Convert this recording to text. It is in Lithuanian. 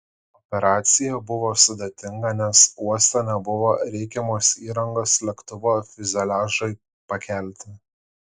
operacija buvo sudėtinga nes uoste nebuvo reikiamos įrangos lėktuvo fiuzeliažui pakelti